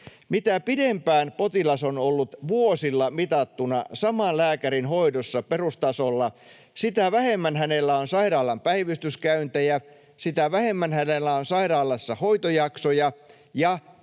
mitä pidempään potilas on ollut vuosilla mitattuna saman lääkärin hoidossa perustasolla, sitä vähemmän hänellä on sairaalaan päivystyskäyntejä, sitä vähemmän hänellä on sairaalassa hoitojaksoja, ja